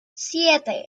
siete